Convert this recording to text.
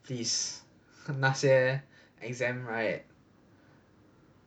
is 那些 exam right